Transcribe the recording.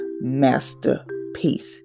masterpiece